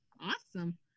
Awesome